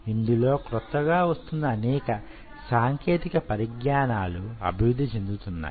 ఇందులో క్రొత్తగా వస్తున్న అనేక సాంకేతిక పరిజ్ఞానాలు అభివృద్ధి చెందుతున్నాయి